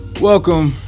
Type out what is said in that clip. Welcome